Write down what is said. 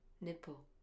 Nipple